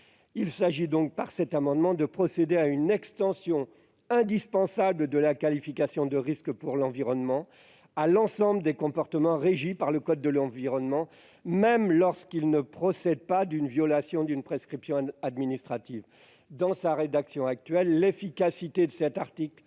administrative. Cet amendement vise à procéder à une extension indispensable de la qualification de risque pour l'environnement à l'ensemble des comportements régis par le code de l'environnement, même lorsqu'ils ne procèdent pas de la violation d'une prescription administrative. Dans sa rédaction actuelle, l'efficacité de cet article